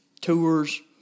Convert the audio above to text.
Tours